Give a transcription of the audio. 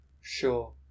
Sure